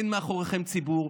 אין מאחוריכם ציבור,